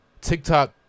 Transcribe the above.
TikTok